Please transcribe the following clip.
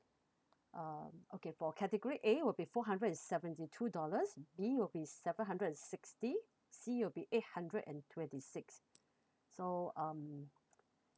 um okay for category A will be four hundred seventy two dollars B will be seven hundred and sixty C will be eight hundred and twenty six so um